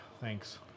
Thanks